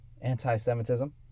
anti-semitism